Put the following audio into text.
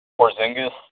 Porzingis